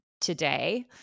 today